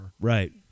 Right